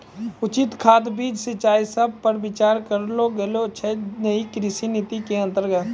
उचित खाद, बीज, सिंचाई सब पर विचार करलो गेलो छै नयी कृषि नीति के अन्तर्गत